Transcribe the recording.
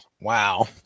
wow